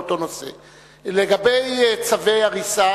לגבי צווי הריסה,